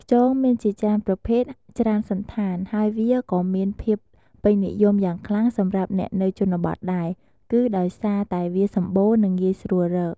ខ្យងមានជាច្រើនប្រភេទ ច្រើនសណ្ឋាន ហើយវាក៏មានភាពពេញនិយមយ៉ាងខ្លាំងសម្រាប់អ្នកនៅជនបទដែរ គឺដោយសារតែវាសម្បូរ និងងាយស្រួលរក។